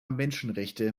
menschenrechte